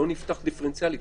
לא נפתח דיפרנציאלי.